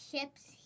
ships